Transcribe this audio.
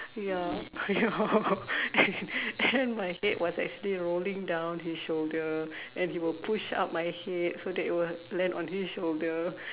ya ya and and my head was actually rolling down his shoulder then he will push up my head so that it will land on his shoulder